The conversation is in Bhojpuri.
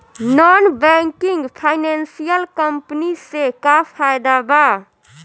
नॉन बैंकिंग फाइनेंशियल कम्पनी से का फायदा बा?